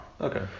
Okay